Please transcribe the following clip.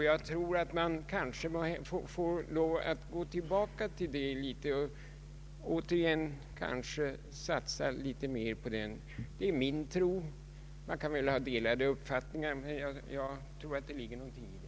Jag tror att man kanske får lov att gå tillbaka till detta resonemang och satsa litet mera på den tanken. Man kan givetvis ha delade uppfattningar om detta, men jag tror dock att det ligger något i resonemanget.